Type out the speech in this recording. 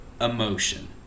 emotion